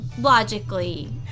logically